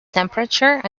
temperature